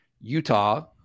Utah